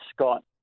Scott